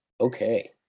Okay